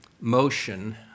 motion